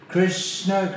Krishna